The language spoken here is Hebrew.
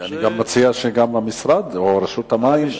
אני גם מציע שגם המשרד או רשות המים.